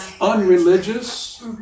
unreligious